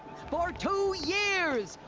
for two years.